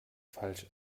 falsch